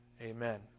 Amen